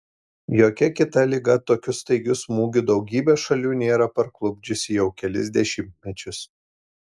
jokia kita liga tokiu staigiu smūgiu daugybės šalių nėra parklupdžiusi jau kelis dešimtmečius